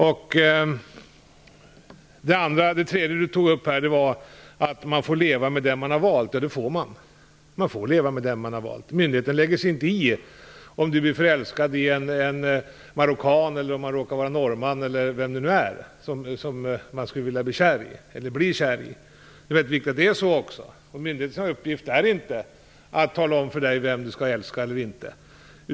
Det tredje som Ragnhild Pohanka tog upp var att man bör få leva med den man har valt. Det får man. Man får leva med den man har valt. Myndigheterna lägger sig inte i om man är förälskad i en marockan, om han råkar vara norrman eller vem det än är som man blir kär i. Det är mycket viktigt att det är så också. Myndigheternas uppgift är inte att tala om vem man skall älska eller inte.